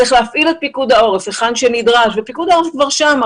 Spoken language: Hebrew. צריך להפעיל את פיקוד העורף היכן שנדרש ופיקוד העורף כבר שם,